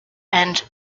and